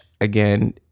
again